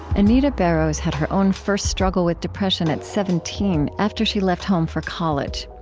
anita barrows had her own first struggle with depression at seventeen, after she left home for college.